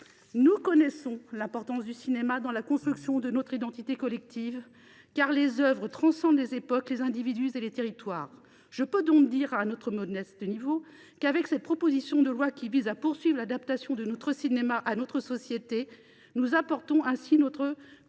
Nous connaissons l’importance du cinéma dans la construction de notre identité collective, car les œuvres transcendent les époques, les individus et les territoires. Je peux donc dire que, avec cette proposition de loi, qui vise à poursuivre l’adaptation de notre cinéma à notre société, nous apportons, à notre modeste